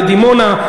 בדימונה.